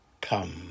Come